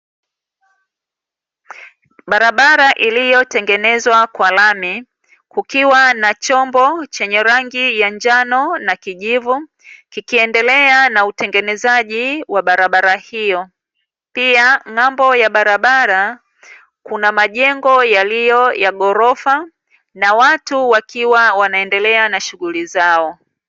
Barabara iliyotengenezwa kwa lami kukiwa na chombo chenye rangi ya njano na kijivu, kikiendelea na utengenezaji wa barabara hiyo. Pia ng’ambo ya barabara kunamajengo yaliyo ya ghorofa na watu wakiwa wanaendelea na shughuli zao.